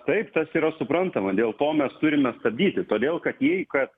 taip tas yra suprantama dėl to mes turime stabdyti todėl kad jei kad